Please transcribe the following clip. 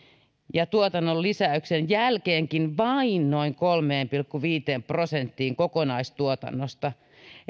ja tuotannon lisäyksen jälkeenkin vain noin kolmeen pilkku viiteen prosenttiin kokonaistuotannosta